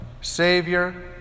Savior